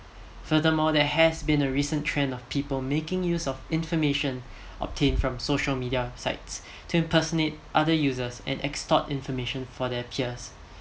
furthermore there has been a recent trend of people making use information obtained from social media sites to impersonate other users and exhort information from their peers